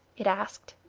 it asked.